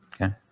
Okay